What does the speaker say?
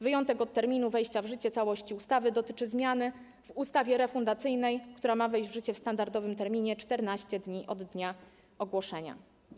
Wyjątek od terminu wejścia w życie całości ustawy dotyczy zmiany w ustawie refundacyjnej, która ma wejść w życie w standardowym terminie 14 dni od dnia ogłoszenia.